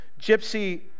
Gypsy